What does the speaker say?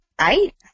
eight